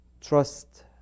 trust